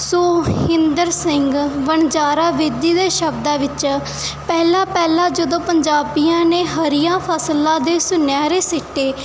ਸੋਹਿੰਦਰ ਸਿੰਘ ਵਣਜਾਰਾ ਬੇਦੀ ਦੇ ਸ਼ਬਦਾਂ ਵਿੱਚ ਪਹਿਲਾਂ ਪਹਿਲਾਂ ਜਦੋਂ ਪੰਜਾਬੀਆਂ ਨੇ ਹਰੀਆਂ ਫਸਲਾਂ ਦੇ ਸੁਨਹਿਰੇ ਸਿੱਟੇ